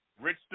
Rich